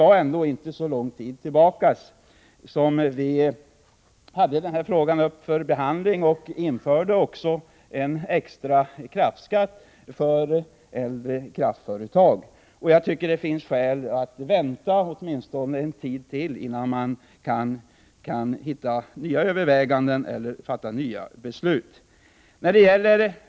Det är inte så länge sedan vi hade denna fråga uppe till behandling och införde en extra kraftskatt för äldre kraftföretag. Det finns skäl att vänta en tid innan vi gör nya överväganden och fattar nya beslut.